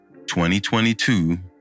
2022